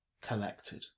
Collected